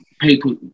people